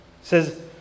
says